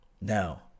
Now